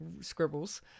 scribbles